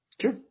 Sure